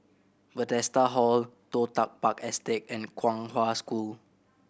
Bethesda Hall Toh Tuck Park Estate and Kong Hwa School